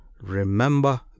REMEMBER